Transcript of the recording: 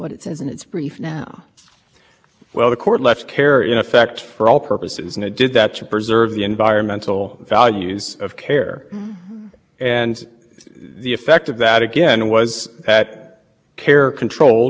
well the court left care in effect for all purposes and it did that to preserve the environmental values of care and the effect of that again was at care controlled it to find the good neighbor obligations and that's